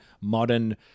modern